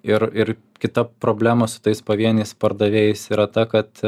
ir ir kita problema su tais pavieniais pardavėjais yra ta kad